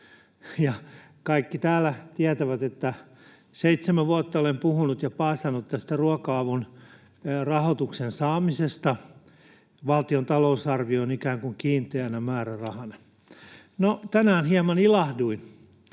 Kaikki täällä tietävät, että seitsemän vuotta olen puhunut ja paasannut tästä ruoka-avun rahoituksen saamisesta valtion talousarvioon ikään kuin kiinteänä määrärahana. No, tänään hieman ilahduin,